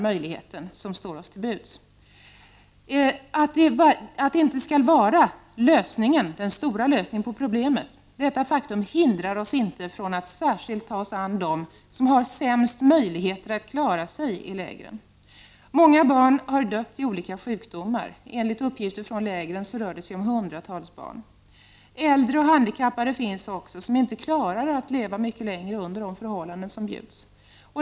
Att det inte skall vara den stora lösningen på problemet är ett faktum som inte hindrar oss från att särskilt ta oss an dem som har sämst möjligheter att klara sig i lägren. Många barn har dött i olika sjukdomar. Enligt uppgifter från lägren rör det sig om hundratals barn. Äldre och handikappade finns också, och de klarar inte att leva mycket längre under de förhållanden som bjuds.